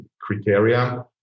criteria